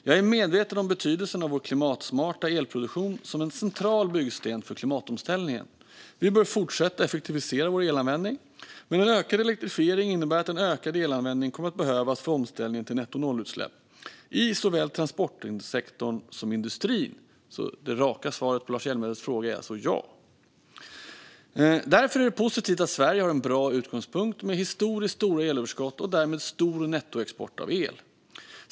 Jag är medveten om betydelsen av vår klimatsmarta elproduktion som en central byggsten för klimatomställningen. Vi bör fortsätta att effektivisera vår elanvändning, men en ökad elektrifiering innebär att en ökad elanvändning kommer att behövas för omställningen till nettonollutsläpp i såväl transportsektorn som industrin. Det raka svaret på Lars Hjälmereds fråga är alltså ja. Därför är det positivt att Sverige har en bra utgångspunkt med historiskt stora elöverskott och därmed stor nettoexport av el.